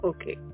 Okay